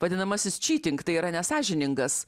vadinamasis čyting yra nesąžiningas